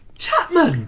chapman!